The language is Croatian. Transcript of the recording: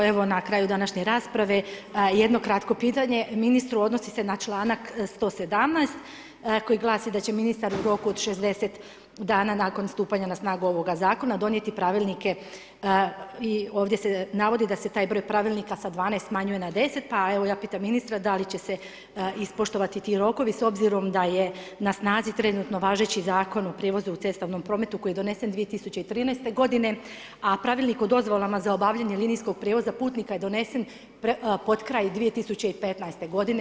Evo na kraju današnje rasprave, jedno kratko pitanje ministru, odnosi se na članak 117. koji glasi da će ministar u roku od 60 dana nakon stupanja na snagu ovoga zakona donijeti pravilnike i ovdje se navodi da se taj broj pravilnika sa 12 smanjuje na 10, pa evo ja pitam ministra, da li će se ispoštovati ti rokovi s obzirom da je na snazi trenutno važeći Zakon o prijevozu u cestovnom prometu koji je donesen 2013. godine a pravilnik o dozvolama za obavljanje linijskog prijevoza putnika je donesen potkraj 2015. godine.